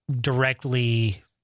directly